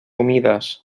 humides